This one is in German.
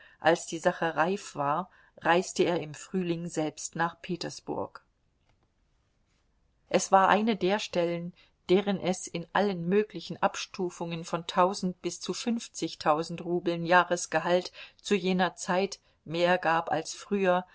als die sache reif war reiste er im frühling selbst nach petersburg es war eine der stellen deren es in allen möglichen abstufungen von tausend bis zu fünfzigtausend rubeln jahresgehalt zu jener zeit mehr gab als früher